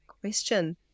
question